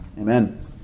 Amen